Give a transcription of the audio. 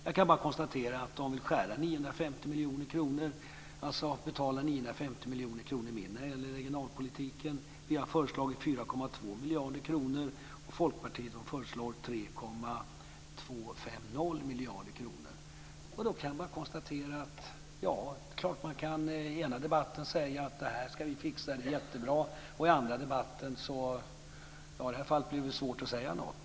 Jag kan bara konstatera att man nu vill betala 950 miljoner kronor mindre när det gäller regionalpolitiken. Vi har föreslagit 4,2 miljarder kronor, och Folkpartiet föreslår 3,250 miljarder. Det är klart att man i en debatt kan säga att det här ska vi fixa, det är jättebra. I den här debatten är det väl svårt att säga något.